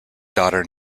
daughter